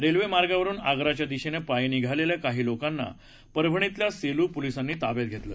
railway मार्गावरून आग्राच्या दिशेने पायी निघालेल्या काही लोकांना परभणीतल्या सेलू पोलिसांनी ताब्यात घेतले